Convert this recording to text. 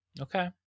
Okay